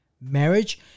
marriage